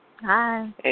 Hi